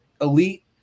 Elite